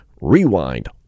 Rewind